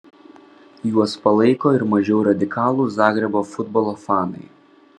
juos palaiko ir mažiau radikalūs zagrebo futbolo fanai